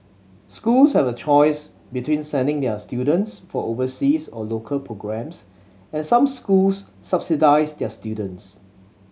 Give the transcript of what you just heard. schools have a choice between sending their students for overseas or local programmes and some schools subsidise their students